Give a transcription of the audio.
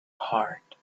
heart